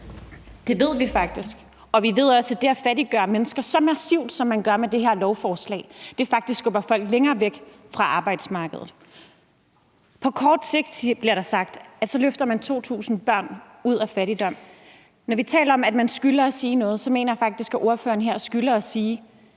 Det ved vi faktisk, og vi ved også, at det at fattiggøre mennesker så massivt, som man gør med det her lovforslag, faktisk skubber folk længere væk fra arbejdsmarkedet. På kort sigt, bliver der sagt, løfter man 2.000 børn ud af fattigdom. Når vi taler om, at man skylder at sige noget, mener jeg faktisk, at ordføreren her skylder at sige,